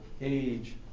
age